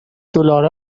دلار